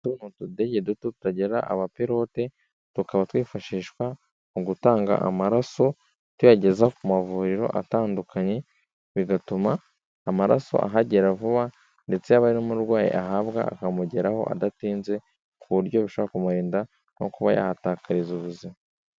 Utu ni utudege duto tutagira abapirote, tukaba twifashishwa mu gutanga amaraso tuyageza ku mavuriro atandukanye, bigatuma amaraso ahagera vuba, ndetse yaba ari n'umurwayi ahabwa akamugeraho adatinze, ku buryo bishobora kumurinda nko kuba yahatakariza ubuzima.